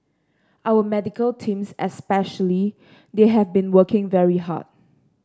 our medical teams especially they have been working very hard